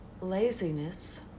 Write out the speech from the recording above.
laziness